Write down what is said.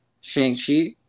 Shang-Chi